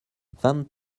vingt